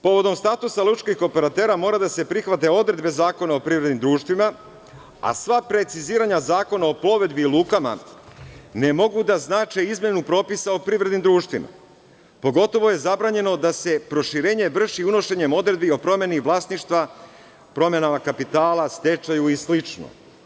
Povodom statusa lučkih operatera mora da se prihvate odredbe Zakona o privrednim društvima, a sva preciziranja Zakona o plovidbi i lukama ne mogu da znače izmenu propisa o privrednim društvima, pogotovo je zabranjeno da se proširenje vrši unošenjem odredbi o promeni vlasništva, promenama kapitala, stečaju i slično.